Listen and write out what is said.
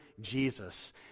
Jesus